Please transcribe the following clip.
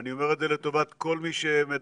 אני אומר את זה לטובת כל מי שמדבר,